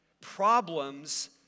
problems